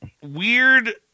weird